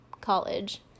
college